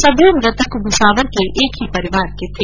सभी मृतक भुसावर के एक ही परिवार के थे